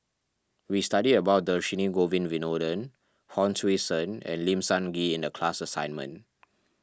we studied about Dhershini Govin Winodan Hon Sui Sen and Lim Sun Gee in the class assignment